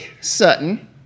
Sutton